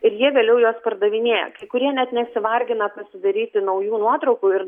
ir jie vėliau juos pardavinėja kai kurie net nesivargina pasidaryti naujų nuotraukų ir